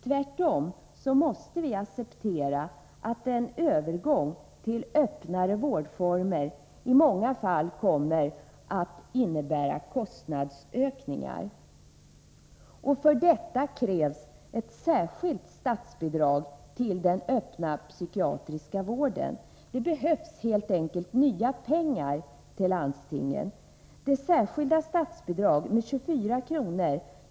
Tvärtom måste vi acceptera att en övergång till öppnare vårdformer i många fall kommer att innebära kostandsökningar. För detta krävs ett särskilt statsbidrag till den öppna psykiatriska vården. Det behövs helt enkelt nya pengar till landstingen. Det särskilda statsbidrag med 24 kr.